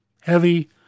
heavy